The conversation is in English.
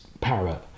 parrot